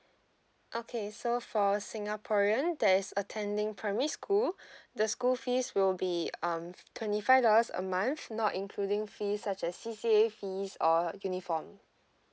okay so for a singaporean that is attending primary school the school fees will be um twenty five dollars a month not including fees such as C_C_A fees or uniform